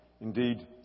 indeed